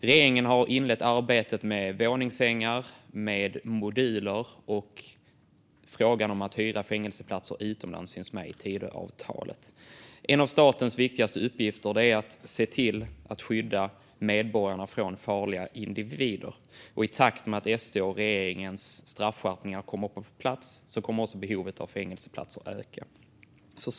Regeringen har inlett arbetet med våningssängar och moduler, och frågan om att hyra fängelseplatser utomlands finns med i Tidöavtalet. En av statens viktigaste uppgifter är att se till att skydda medborgarna från farliga individer. I takt med att SD:s och regeringens straffskärpningar kommer på plats kommer också behovet av fängelseplatser att öka.